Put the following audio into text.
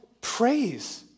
praise